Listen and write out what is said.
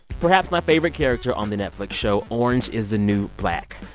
perhaps my favorite character on the netflix show orange is the new black.